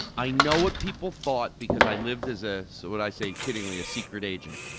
i know what people thought, because i lived as, ah so what i say kiddingly, a secret agent,